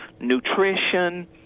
nutrition